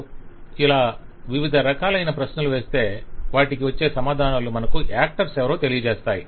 - ఇలా వివిధ రకాలైన ప్రశ్నలు వేస్తే వాటికి వచ్చే సమాధానాలు మనకు యాక్టర్స్ ఎవరో తెలియజేస్తాయి